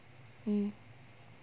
mm